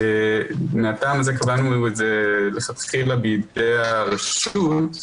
מהטעם הזה קבענו את זה מלכתחילה בידי הרשות.